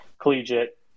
collegiate